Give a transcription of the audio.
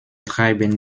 treiben